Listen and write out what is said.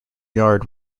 yard